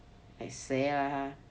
like sey lah